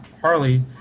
Harley